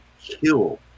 kill